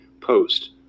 post